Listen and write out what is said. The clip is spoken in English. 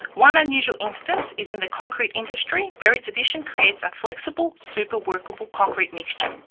one unusual instance is in the concrete industry where its addition creates a flexible, super-workable concrete mixture.